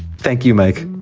thank you, mike